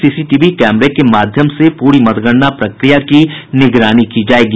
CCTV कैमरे के माध्यम से पूरी मतगणना प्रक्रिया की निगरानी की जायेगी